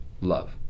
love